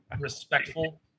respectful